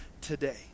today